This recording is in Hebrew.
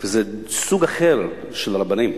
זה סוג אחר של רבנים.